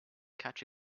catch